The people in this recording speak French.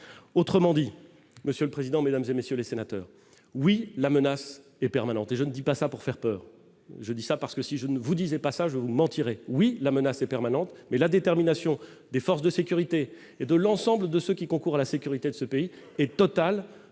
autrement dit, monsieur le président, Mesdames et messieurs les sénateurs, oui, la menace est permanente et je ne dis pas ça pour faire peur, je dis ça parce que si je ne vous disais pas ça je vous mentirais oui, la menace est permanente, mais la détermination des forces de sécurité et de l'ensemble de ceux qui concourent à la sécurité de ce pays est totale